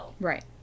Right